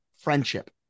friendship